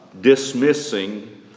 dismissing